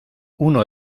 uno